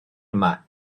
yma